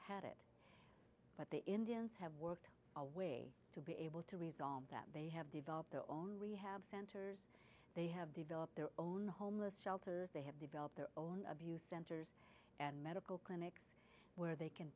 had it but the indians have worked away to be able to resolve that they have developed their own rehab centers they have developed their own homeless shelters they have developed their own youth centers and medical clinics where they can